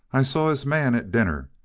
i saw his man at dinner.